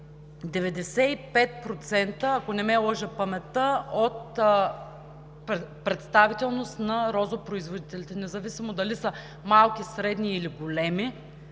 95%, ако не ме лъже паметта, представителност на розопроизводителите, независимо дали са малки, средни или големи.